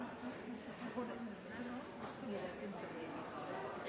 for det